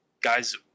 guys